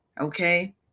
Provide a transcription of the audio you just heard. Okay